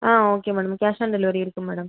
ah okay madam cash on delivery இருக்கு madam